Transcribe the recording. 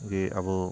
ᱜᱤ ᱟᱵᱚ